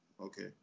Okay